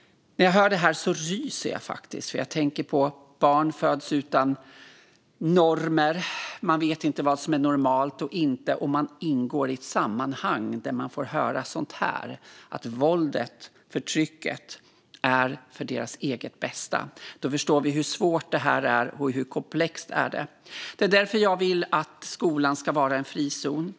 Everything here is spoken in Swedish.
När jag hör det här ryser jag, för jag tänker på att barn föds utan normer. De vet inte vad som är normalt och inte, och de ingår i ett sammanhang där de får höra att våldet och förtrycket är för deras eget bästa. Då förstår vi hur svårt det här är och hur komplext det är. Det är därför jag vill att skolan ska vara en frizon.